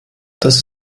das